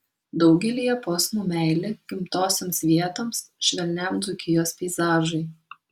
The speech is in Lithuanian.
daugelyje posmų meilė gimtosioms vietoms švelniam dzūkijos peizažui